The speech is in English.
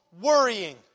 worrying